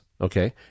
okay